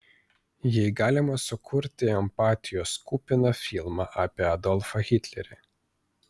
jei galima sukurti empatijos kupiną filmą apie adolfą hitlerį